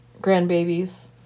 grandbabies